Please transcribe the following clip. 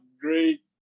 great